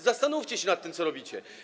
Zastanówcie się nad tym, co robicie.